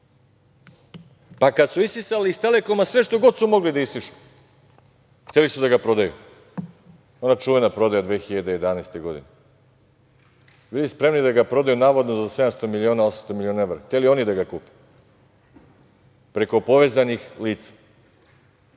Kad su isisali iz „Telekoma“ sve što god su mogli da isišu, hteli su da ga prodaju. Ona čuvena prodaja 2011. godine. Bili su spremni da ga prodaju navodno za 700, 800 miliona evra. Hteli oni da ga kupe preko povezanih lica